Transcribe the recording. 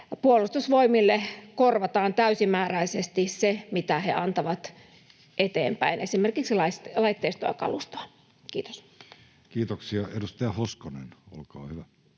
Puolustusvoimille korvataan täysimääräisesti se, mitä he antavat eteenpäin, esimerkiksi laitteistoa ja kalustoa. — Kiitos. Kiitoksia. — Edustaja Hoskonen, olkaa hyvä.